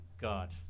God